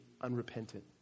unrepentant